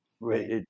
Right